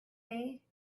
day